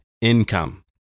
income